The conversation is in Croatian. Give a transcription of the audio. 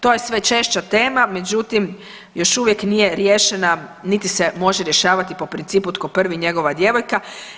To je sve češća tema, međutim još uvijek nije riješena niti se može rješavati po principu tko prvi njegova djevojka.